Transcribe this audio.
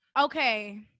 Okay